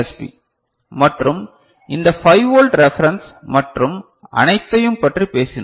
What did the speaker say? B மற்றும் இந்த 5 volt reference மற்றும் அனைத்தையும் பற்றி பேசினோம்